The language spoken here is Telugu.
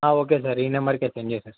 ఓకే సార్ ఈ నంబర్కే సెండ్ చేసేస్తాం సార్